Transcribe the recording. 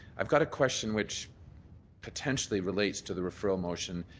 i've got a question which potentially relates to the referral motion.